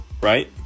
right